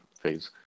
phase